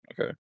okay